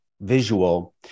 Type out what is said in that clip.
visual